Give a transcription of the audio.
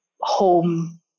home